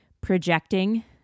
projecting